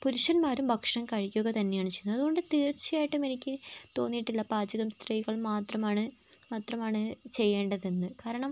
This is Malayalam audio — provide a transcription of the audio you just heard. പുരുഷന്മാരും ഭക്ഷണം കഴിക്കുക തന്നെയാണ് ചെയ്യുന്നത് അതുകൊണ്ട് തീർച്ചയായിട്ടും എനിക്ക് തോന്നിയിട്ടില്ല പാചകം സ്ത്രീകൾ മാത്രമാണ് മാത്രമാണ് ചെയ്യേണ്ടതെന്ന് കാരണം